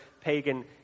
pagan